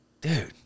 Dude